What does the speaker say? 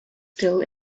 still